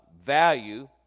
value